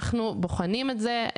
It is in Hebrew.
אנחנו בוחנים את זה,